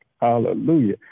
Hallelujah